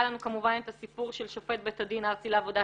היה לנו כמובן את הסיפור של נשיא בית הדין הארצי לעבודה,